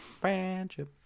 friendship